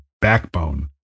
backbone